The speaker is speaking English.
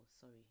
Sorry